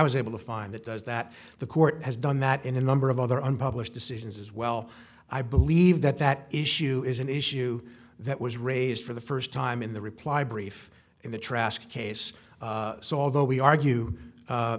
was able to find that does that the court has done that in a number of other unpublished decisions as well i believe that that issue is an issue that was raised for the first time in the reply brief in the trask case so although we argue